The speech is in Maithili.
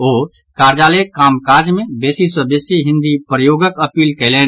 ओ कार्यालयक काम काज मे बेसी सँ बेसी हिन्दी प्रयोगक अपील कयलनि